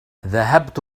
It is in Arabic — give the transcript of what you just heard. ذهبت